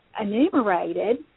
enumerated